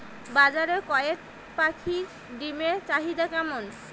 বাজারে কয়ের পাখীর ডিমের চাহিদা কেমন?